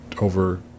over